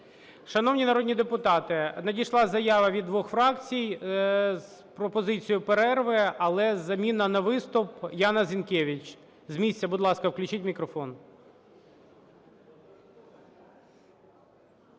Шановні народні депутати, надійшла заява від двох фракцій з пропозицією перерви, але заміна на виступ Яна Зінкевич. З місця, будь ласка, включіть мікрофон.